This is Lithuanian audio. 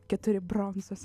keturi bronzos